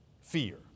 fear